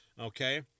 Okay